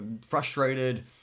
frustrated